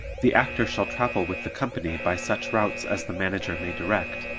the actor shall travel with the company by such routes as the manager may direct,